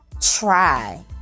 try